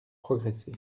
progresser